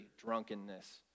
drunkenness